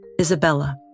Isabella